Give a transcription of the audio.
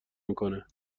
میکنه